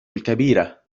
الكبيرة